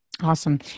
Awesome